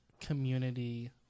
community